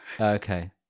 Okay